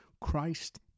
Christ